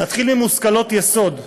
נתחיל עם מושכלות יסוד,